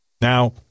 Now